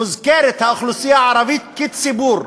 מוזכרת האוכלוסייה הערבית כציבור,